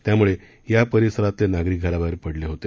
त्यामुळे या परिसरातील नागरिक घराबाहेर पडले होते